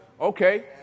okay